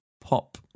pop